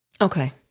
Okay